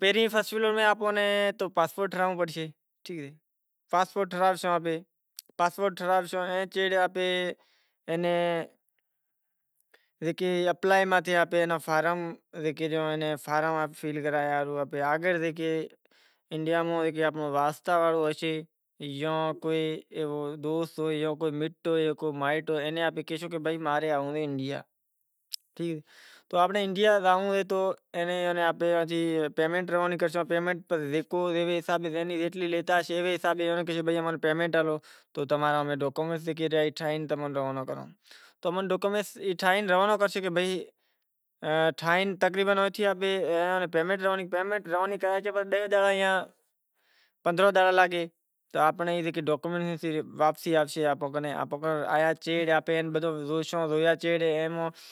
پہری فرسٹ میں تو آنڑو پاسپورٹ ٹھورانڑو پڑسے ٹھیک اے پاسپورٹ ٹھوراساں پسے زکے اپلائے ماتھے فارم لکھے ڈیاں اگر انڈیا میں آنپہنڑو واسطے وارو ہوسے یاں کوئی ایوو دوست ہوئے مٹ ہوئے یا مائٹ ہوئے تو آپاں ناں انڈیا جانوڑو ہوسے تو پیمینٹ آلنڑی پڑسے تو ٹھائے پئمینٹ روانی کرے تو آپنڑی ڈاکیومینٹ واپسی آوسے۔